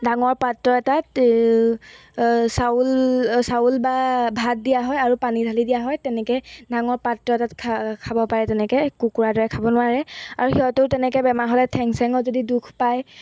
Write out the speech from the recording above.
ডাঙৰ পাত্ৰ এটাত চাউল চাউল বা ভাত দিয়া হয় আৰু পানী ঢালি দিয়া হয় তেনেকৈ ডাঙৰ পাত্ৰ এটাত খা খাব পাৰে তেনেকৈ কুকুৰাৰ দৰে খাব নোৱাৰে আৰু সিহঁতেও তেনেকৈ বেমাৰ হ'লে ঠেং চেঙত যদি দুখ পায়